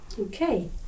okay